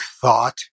thought